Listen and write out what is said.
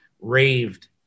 raved